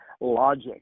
logic